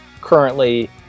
currently